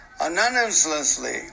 anonymously